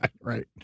Right